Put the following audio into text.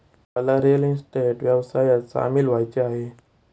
मला real estate व्यवसायात सामील व्हायचे आहे